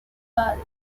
party